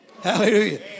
Hallelujah